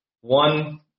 One